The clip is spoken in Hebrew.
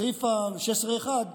סעיף 16(1)